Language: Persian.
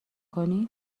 کنی